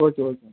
okay okay